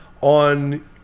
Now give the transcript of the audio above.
on